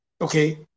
okay